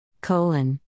colon